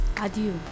Adieu